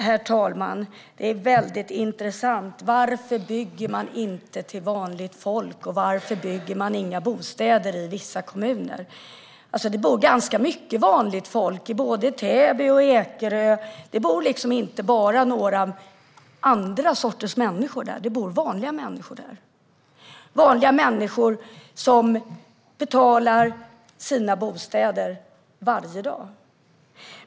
Herr talman! Det är väldigt intressant. Varför bygger man inte till vanligt folk, och varför bygger man inga bostäder i vissa kommuner? Det bor ganska mycket vanligt folk i Täby och i Ekerö. Det bor inte bara några andra sorters människor där. Det bor vanliga människor där. Det är vanliga människor som betalar sina bostäder varje dag.